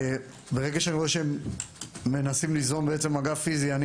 ברגע שאני רואה שהם מנסים ליזום מגע פיזי אני